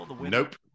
Nope